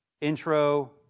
intro